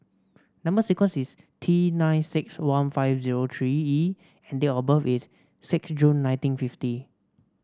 number sequence is T nine six one five zero three E and date of birth is six June nineteen fifty